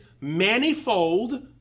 manifold